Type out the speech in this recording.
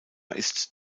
ist